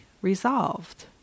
resolved